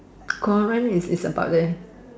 Korean is is about there